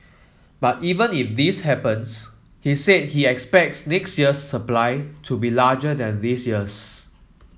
but even if this happens he said he expects next year supply to be larger than this year's